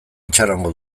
itxarongo